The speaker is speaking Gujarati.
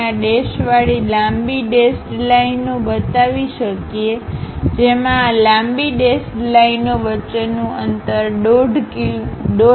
ના ડેશ વાળી લાંબી ડેશ્ડલાઇનો બતાવી શકીએ જેમાં આ લાંબી ડેશ્ડલાઇનો વચ્ચેનું અંતર 1